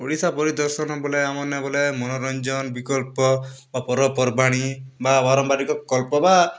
ଓଡ଼ିଶା ପରିଦର୍ଶନ ବେଲେ ଆମର୍ନେ ବେଲେ ମନୋରଞ୍ଜନ ବିକଳ୍ପ ବା ପର୍ବପର୍ବାଣୀ ବା ପାରମ୍ପରିକ ବିକଳ୍ପ ବା